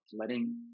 Letting